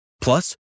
Plus